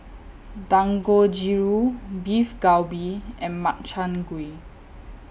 Dangojiru Beef Galbi and Makchang Gui